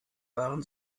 waren